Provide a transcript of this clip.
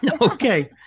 okay